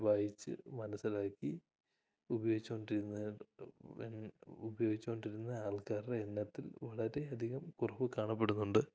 വായിച്ച് മനസ്സിലാക്കി ഉപയോഗിച്ച് കൊണ്ടിരുന്ന് ഉപയോഗിച്ച് കൊണ്ടിരുന്നത് ആൾക്കാരുടെ എണ്ണത്തിൽ വളരെ അധികം കുറവ് കാണപ്പെടുന്നുണ്ട്